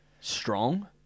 strong